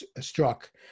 struck